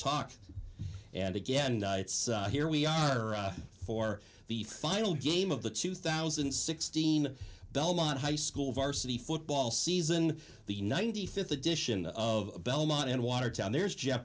talk and again it's here we are for the final game of the two thousand and sixteen belmont high school varsity football season the ninety fifth edition of belmont and watertown there's je